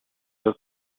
her